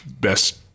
best